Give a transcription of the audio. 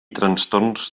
trastorns